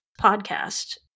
podcast